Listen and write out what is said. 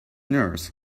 nurse